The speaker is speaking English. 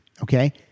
okay